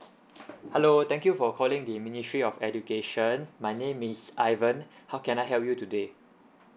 hello thank you for calling the ministry of education my name is ivan how can I help you today